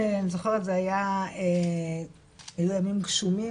אני זוכרת זה היה ימים גשומים,